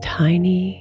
tiny